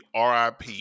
RIP